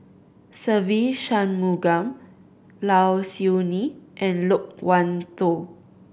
Se Ve Shanmugam Low Siew Nghee and Loke Wan Tho